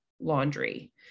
laundry